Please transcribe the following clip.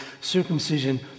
circumcision